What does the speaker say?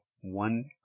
one